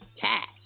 cash